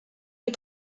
des